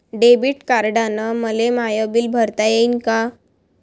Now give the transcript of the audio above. Debit कार्डानं मले my bill भरता येईन का?